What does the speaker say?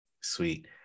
Sweet